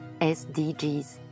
SDGs